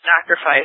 sacrifice